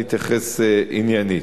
אני אתייחס עניינית.